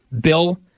Bill